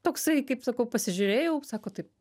toksai kaip sakau pasižiūrėjau sako taip